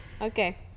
Okay